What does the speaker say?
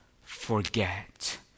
forget